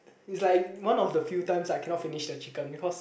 it's like one of the few times I cannot finish the chicken because